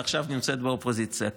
ועכשיו נמצאת באופוזיציה.